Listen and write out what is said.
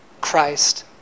Christ